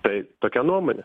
tai tokia nuomonė